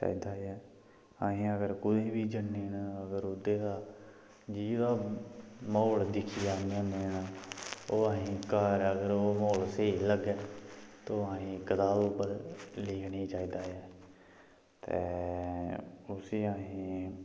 चाहिदा ऐ अहें अगर कोई बी जन्ने न अगर ओह्दे दा म्हौल दिक्खी लैन्ने न होन्ने आं ओह् असें ई अगर ओह् म्हौल स्हेई निं लग्गै तो अहें कताब उप्पर लिखना चाहिदा ऐ ते उसी असें